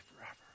forever